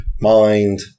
Mind